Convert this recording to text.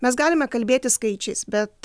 mes galime kalbėti skaičiais bet